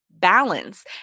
balance